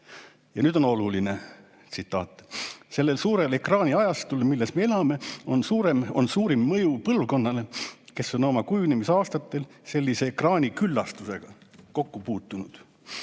Ja nüüd on oluline tsitaat: "Sellel suurel ekraaniajastul, milles me elame, on suurim mõju põlvkonnale, kes on oma kujunemisaastatel sellise ekraaniküllastusega kokku puutunud.